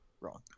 wrong